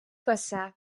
коса